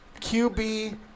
qb